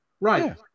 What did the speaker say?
right